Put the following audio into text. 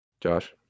Josh